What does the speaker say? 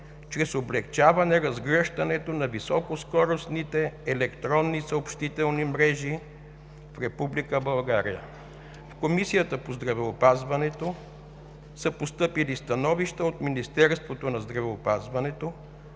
чрез облекчаване разгръщането на високоскоростните електронни съобщителни мрежи в Република България. В Комисията по здравеопазването са постъпили становища от Министерство на здравеопазването,